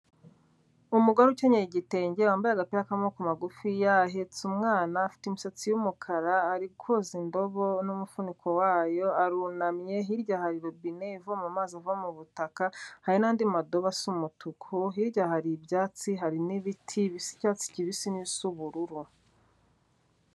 Umugore ukenyera igitenge wambaye agapi k'amaboko magufiya, ahetse umwana, afite imisatsi y'umukara, ari koza indobo n'umufuniko wayo, arunamye, hirya hari robine ivoma amazi ava mu butaka, hari n'andi madobo asa umutuku, hirya hari ibyatsi hari n'ibiti bisa icyatsi kibisi n'is'ubururu.